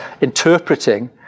interpreting